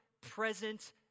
present